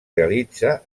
realitza